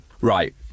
Right